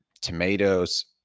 tomatoes